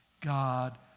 God